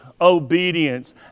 obedience